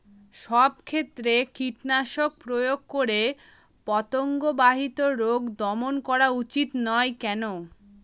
সব ক্ষেত্রে কীটনাশক প্রয়োগ করে পতঙ্গ বাহিত রোগ দমন করা উচিৎ নয় কেন?